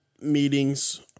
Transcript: meetings